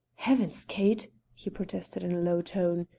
heavens! kate! he protested in a low tone,